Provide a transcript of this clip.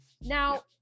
Now